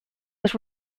was